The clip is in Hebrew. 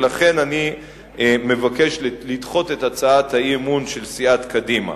ולכן אני מבקש לדחות את הצעת האי-אמון של סיעת קדימה.